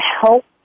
help